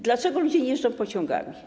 Dlaczego ludzie nie jeżdżą pociągami?